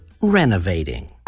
renovating